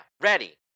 ready